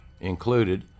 included